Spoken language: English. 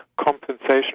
compensation